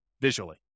visually